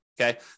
okay